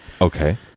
Okay